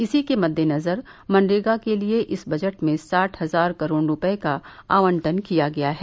इसी के मद्देनजर मनरेगा के लिए इस बजट में साठ हजार करोड़ रूपये का आबंटन किया गया है